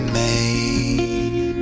made